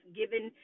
given